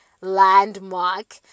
landmark